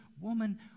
Woman